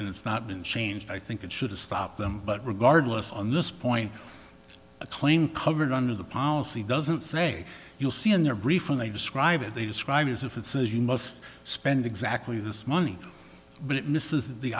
and it's not been changed i think it should stop them but regardless on this point a claim covered under the policy doesn't say you'll see in their brief and they describe it they describe as if it says you must spend exactly this money but it misses the